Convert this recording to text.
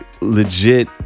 legit